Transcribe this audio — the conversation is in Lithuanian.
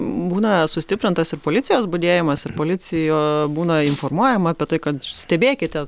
būna sustiprintas ir policijos budėjimas ir policija būna informuojama apie tai kad stebėkite